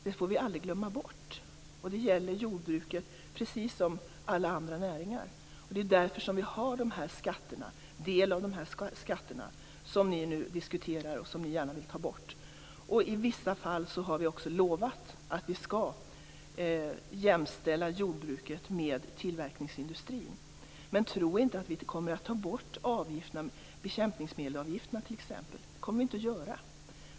Det får vi aldrig glömma bort. Det gäller jordbruket precis som alla andra näringar. Det är därför vi har en del av de här skatterna som ni nu diskuterar och som ni gärna vill ta bort. I vissa fall har vi också lovat att vi skall jämställa jordbruket med tillverkningsindustrin. Men tro inte att vi kommer att ta bort bekämpningsmedelsavgifterna t.ex. Det kommer vi inte att göra.